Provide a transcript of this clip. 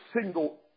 single